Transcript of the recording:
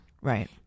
Right